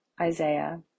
Isaiah